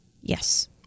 Yes